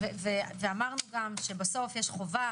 אמרנו שיש חובה